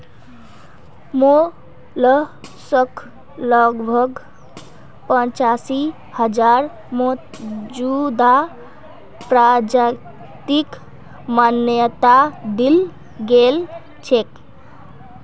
mollusc लगभग पचासी हजार मौजूदा प्रजातिक मान्यता दील गेल छेक